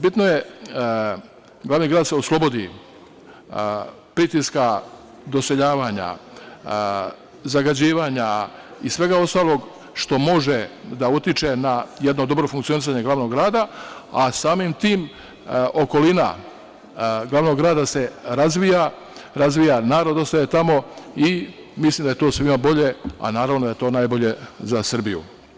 Bitno je, glavni grad se oslobodi pritiska doseljavanja, zagađivanja i svega ostalog što može da utiče na jedno dobro funkcionisanje glavnog grada, a samim tim okolina glavnog grada se razvija, narod ostaje tamo i mislim da je to svima bolje, a naravno da je to najbolje za Srbiju.